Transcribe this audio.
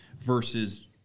versus